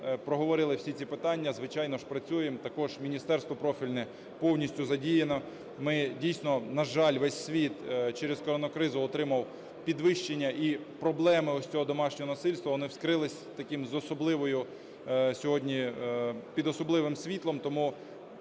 Проговорили всі ці питання, звичайно ж працюємо. Також міністерство профільне повністю задіяне. Ми дійсно, на жаль, увесь світ через коронакризу отримав підвищення, і проблеми ось цього домашнього насильства, вони вскрились таким сьогодні під особливим світлом. Тому